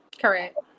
Correct